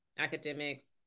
academics